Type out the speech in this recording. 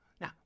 Now